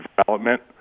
development